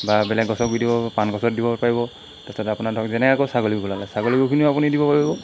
বা বেলেগ গছত গুৰিত পাণ গছত দিব পাৰিব তাৰপিছত আপোনাৰ ধৰক যেনে আকৌ ছাগলী ছাগলী গোখিনিও আপুনি দিব পাৰিব